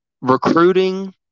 recruiting –